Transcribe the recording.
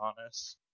honest